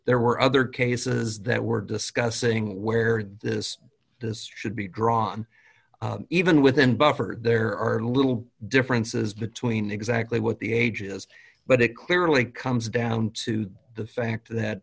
there were other cases that were discussing where this this should be drawn even within buffered there are little differences between exactly what the ages but it clearly comes down to the fact that